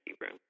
room